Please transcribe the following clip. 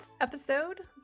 episode